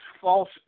false